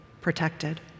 protected